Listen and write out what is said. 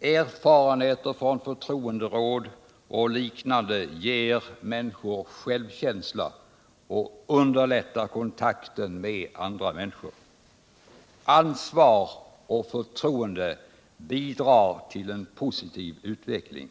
Erfarenheter från förtroenderåd och liknande ger människor självkänsla och underlättar kontakten med andra människor. Ansvar och förtroende bidrar till en positiv utveckling.